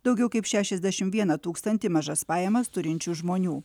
daugiau kaip šešiasdešim vieną tūkstantį mažas pajamas turinčių žmonių